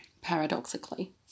paradoxically